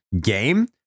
game